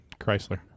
chrysler